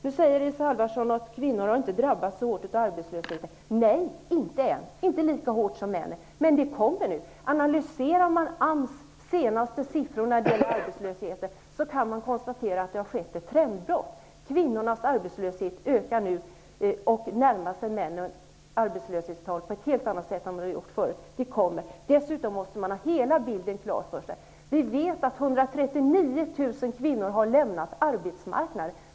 Nu säger Isa Halvarsson att kvinnorna inte har drabbats så hårt av arbetslösheten. Nej, inte ännu lika hårt som männen, men det kommer nu. Analyserar man AMS senaste siffror över arbetslösheten, kan man konstatera att det har skett ett trendbrott. Kvinnornas arbetslöshet ökar nu och närmar sig männens arbetslöshetstal på ett helt annat sätt än tidigare. Man måste dessutom ha hela bilden klar för sig. 139 000 kvinnor har lämnat arbetsmarknaden.